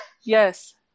yes